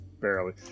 Barely